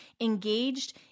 engaged